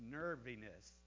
nerviness